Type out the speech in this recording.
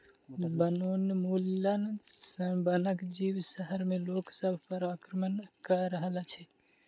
वनोन्मूलन सॅ वनक जीव शहर में लोक सभ पर आक्रमण कअ रहल अछि